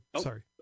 Sorry